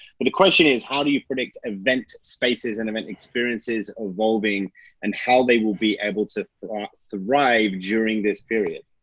but the question is how do you predict event spaces and event experiences evolving and how they will be able to thrive during this period.